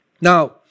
Now